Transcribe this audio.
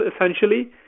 essentially